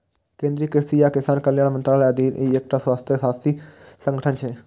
केंद्रीय कृषि आ किसान कल्याण मंत्रालयक अधीन ई एकटा स्वायत्तशासी संगठन छियै